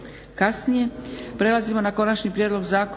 (SDP)** Prelazimo na - Konačni prijedlog zakona